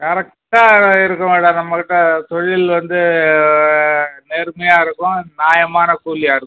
கரெக்டாக இருக்கும் மேடம் நம்மக்கிட்ட தொழில் வந்து நேர்மையாக இருக்கும் நியாயமான கூலியாக இருக்கும்